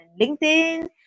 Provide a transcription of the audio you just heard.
LinkedIn